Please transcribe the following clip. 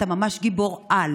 אתה ממש גיבור-על,